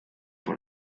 pour